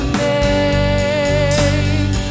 name